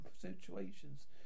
situations